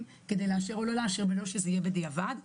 כדי לאשר או לא לאשר ולא שזה יהיה בדיעבד.